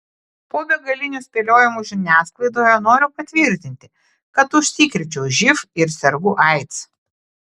po begalinių spėliojimų žiniasklaidoje noriu patvirtinti kad užsikrėčiau živ ir sergu aids